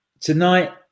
tonight